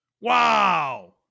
Wow